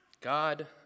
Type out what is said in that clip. God